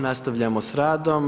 Nastavljamo sa radom.